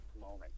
moment